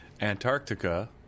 Antarctica